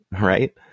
right